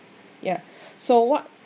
ya so what